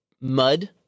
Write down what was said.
mud